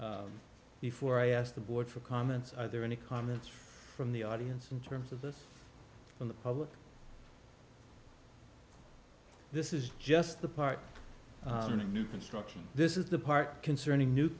section before i asked the board for comments are there any comments from the audience in terms of this from the public this is just the part of the new construction this is the part concerning new